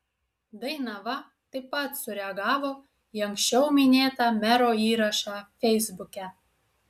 dainava taip pat sureagavo į anksčiau minėtą mero įrašą feisbuke